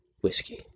whiskey